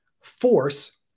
force